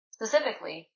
Specifically